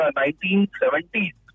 1970s